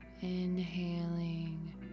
inhaling